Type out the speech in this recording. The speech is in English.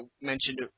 mentioned